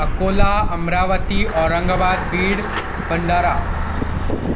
Akola Amravati Aurangabad Beed Bhandara